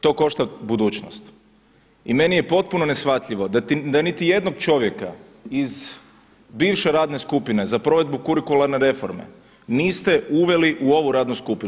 To košta budućnost i meni je potpuno neshvatljivo da niti jednog čovjeka iz bivše radne skupine za provedbu kurikularne reforme niste uveli u ovu radnu skupinu.